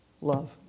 love